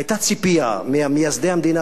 והיתה ציפייה ממייסדי המדינה,